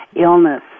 illness